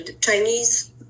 Chinese